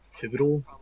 pivotal